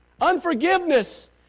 Unforgiveness